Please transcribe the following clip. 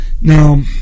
Now